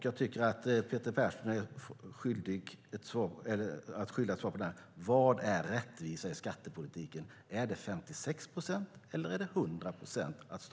Jag tycker att Peter Persson är skyldig att ge svar på: Vad är rättvisa i skattepolitiken? Är det att staten tar 56 procent eller 100 procent?